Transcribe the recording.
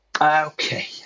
okay